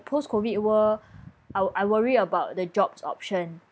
post COVID world I I worry about the jobs option